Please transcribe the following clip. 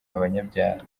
abanyabyaha